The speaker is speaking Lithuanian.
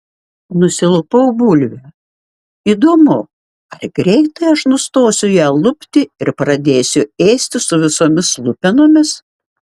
nusilupau bulvę įdomu ar greitai aš nustosiu ją lupti ir pradėsiu ėsti su visomis lupenomis